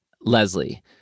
Leslie